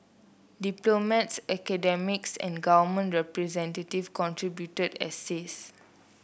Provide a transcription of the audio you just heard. diplomats academics and government representative contributed essays